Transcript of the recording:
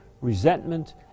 resentment